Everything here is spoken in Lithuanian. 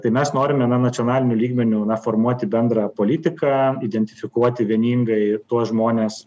tai mes norime na nacionaliniu lygmeniu na formuoti bendrą politiką identifikuoti vieningai tuos žmones